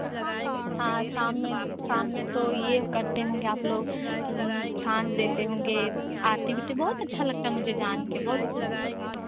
हाँ हाँ शाम में शाम में तो यह करते होंगे आप लोग साँझ देते होंगे आरती भी तो बहुत अच्छा लगता है मुझे जान के बहुत खुश